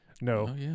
No